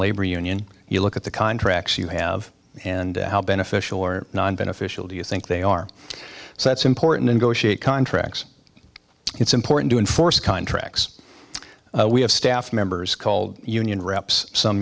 labor union you look at the contracts you have and how beneficial or non beneficial do you think they are so that's important and go shake contracts it's important to enforce contracts we have staff members called union reps some